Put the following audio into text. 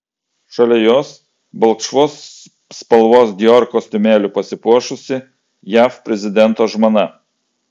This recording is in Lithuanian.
šalia jos balkšvos spalvos dior kostiumėliu pasipuošusi jav prezidento žmona